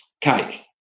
cake